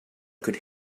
could